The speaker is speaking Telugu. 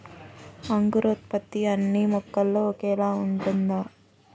అంకురోత్పత్తి అన్నీ మొక్కల్లో ఒకేలా ఉంటుందా?